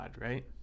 right